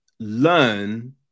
learn